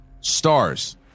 stars